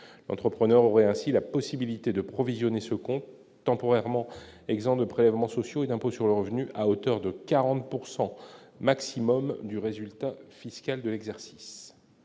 l'entrepreneur aurait ainsi la possibilité de provisionner ce temporairement et exempt de prélèvements sociaux et d'impôt sur le revenu, à hauteur de 40 pourcent maximum du résultat fiscal de l'exercice.